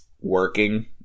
working